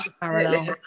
Parallel